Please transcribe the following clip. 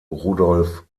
rudolf